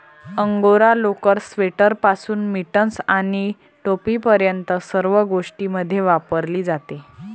angora लोकर, स्वेटरपासून mittens आणि टोपीपर्यंत सर्व गोष्टींमध्ये वापरली जाते